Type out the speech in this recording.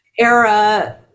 era